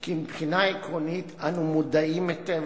כי מבחינה עקרונית אנו מודעים היטב